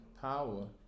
power